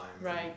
Right